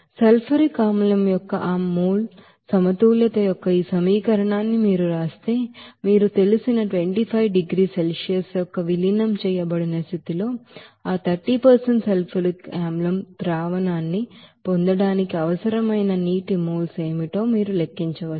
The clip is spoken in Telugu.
సల్ఫ్యూరిక్ ಆಸಿಡ್ యొక్క ఆ మోల్ బాలన్స్ యొక్క ఈ ఈక్వేషన్ న్ని మీరు రాస్తే మీకు తెలిసిన 25 డిగ్రీల సెల్సియస్ యొక్క విలీనం చేయబడిన స్థితిలో ఆ 30 సల్ఫ్యూరిక్ ಆಸಿಡ್ ಸೊಲ್ಯೂಷನ್న్ని పొందడానికి అవసరమైన నీటి మోల్స్ ఏమిటో మీరు లెక్కించవచ్చు